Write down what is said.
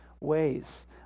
ways